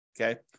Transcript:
Okay